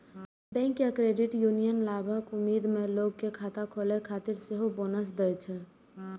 bank या credit union लाभक उम्मीद मे लोग कें खाता खोलै खातिर सेहो बोनस दै छै